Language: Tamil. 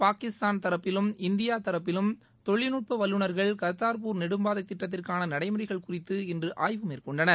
பாகிஸ்தான் தரப்பிலும் இந்திய தரப்பிலும் தொழில்நுட்ப வல்லுநா்கள் காதாாபூர் நெடும்பாதை திட்டத்திற்கான நடைமுறைகள் குறித்து இன்று ஆய்வு மேற்கொண்டனர்